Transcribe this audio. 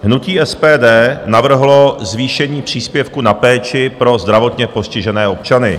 Hnutí SPD navrhlo zvýšení příspěvku na péči pro zdravotně postižené občany.